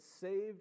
saved